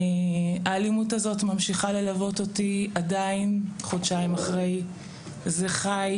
האלימות הזאת ממשיכה ללוות אותי עדיין חודשיים אחרי - זה חי,